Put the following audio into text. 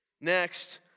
Next